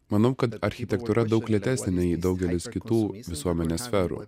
manau kad architektūra daug lėtesnė nei daugelis kitų visuomenės sferų